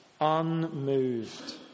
unmoved